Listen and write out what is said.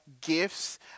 gifts